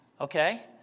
Okay